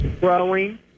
growing